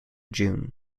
june